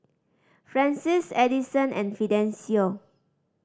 Francies Edison and Fidencio